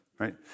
Right